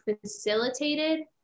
facilitated